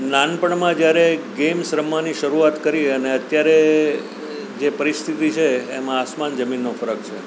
નાનપણમાં જ્યારે ગેમ્સ રમવાની શરૂઆત કરી અને અત્યારે જે પરિસ્થિતિ છે એમાં આસમાન જમીનનો ફરક છે